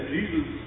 Jesus